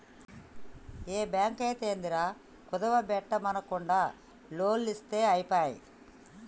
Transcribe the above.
ఏ బాంకైతేందిరా, కుదువ బెట్టుమనకుంట లోన్లిత్తె ఐపాయె